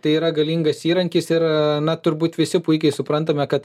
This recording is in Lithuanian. tai yra galingas įrankis ir na turbūt visi puikiai suprantame kad